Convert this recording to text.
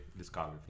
discography